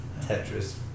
Tetris